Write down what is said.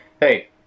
hey